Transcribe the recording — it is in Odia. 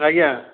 ଆଜ୍ଞା